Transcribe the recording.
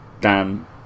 Dan